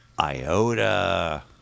Iota